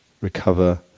recover